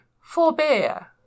forbear